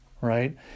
right